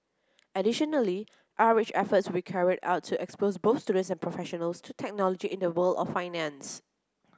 additionally outreach efforts will carried out to expose both student and professionals to technology in the world of finance